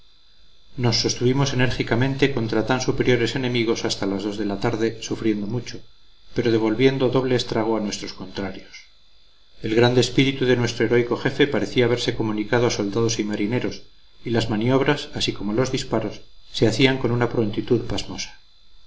nos sostuvimos enérgicamente contra tan superiores enemigos hasta las dos de la tarde sufriendo mucho pero devolviendo doble estrago a nuestros contrarios el grande espíritu de nuestro heroico jefe parecía haberse comunicado a soldados y marineros y las maniobras así como los disparos se hacían con una prontitud pasmosa